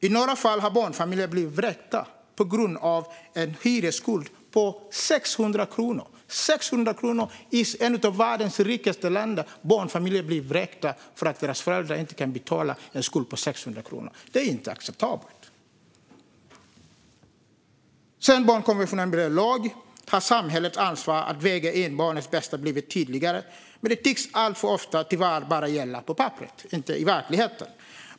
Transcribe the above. I några fall har barnfamiljer blivit vräkta på grund av en hyresskuld på 600 kronor. I ett av världens rikaste länder blir barnfamiljer alltså vräkta för att deras föräldrar inte kan betala en skuld på 600 kronor. Det är inte acceptabelt. Sedan barnkonventionen blev lag har samhällets ansvar att väga in barnets bästa blivit tydligare. Men det tycks tyvärr alltför ofta bara gälla på papperet och inte i verkligheten.